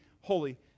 holy